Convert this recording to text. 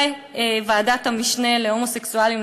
בוועדת המשנה להומוסקסואלים,